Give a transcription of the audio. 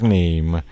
name